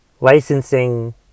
licensing